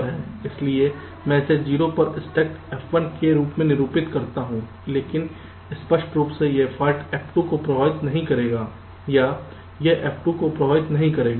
इसलिए मैं इसे 0 पर स्टक F1 के रूप में निरूपित करता हूं लेकिन स्पष्ट रूप से यह फाल्ट F2 को प्रभावित नहीं करेगा या यह F को प्रभावित नहीं करेगा